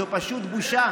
זו פשוט בושה.